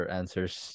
answers